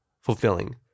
fulfilling